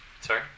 Sorry